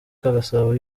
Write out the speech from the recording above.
gasabo